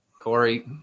Corey